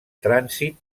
trànsit